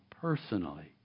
personally